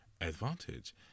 advantage